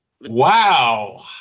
Wow